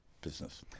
business